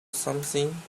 something